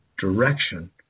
direction